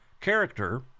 character